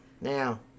now